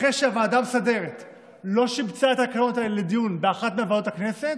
אחרי שהוועדה המסדרת לא שיבצה את התקנות האלה לדיון באחת מוועדות הכנסת,